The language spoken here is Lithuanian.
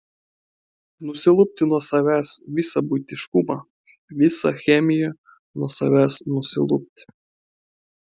nusilupti nuo savęs visą buitiškumą visą chemiją nuo savęs nusilupti